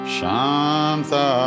Shanta